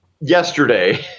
yesterday